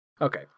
Okay